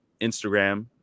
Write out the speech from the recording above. Instagram